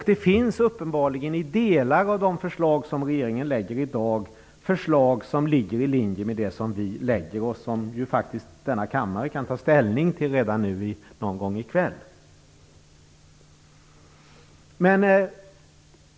Det finns uppenbarligen i delar av de förslag som regeringen lägger fram i dag förslag som ligger i linje med det som vi föreslår och som faktiskt denna kammare kan ta ställning till redan någon gång i kväll.